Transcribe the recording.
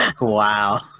wow